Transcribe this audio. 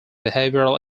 behavioral